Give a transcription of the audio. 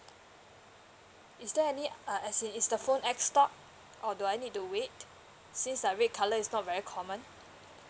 is there any uh as in is the phone X stock or do I need to wait since that red colour is not very common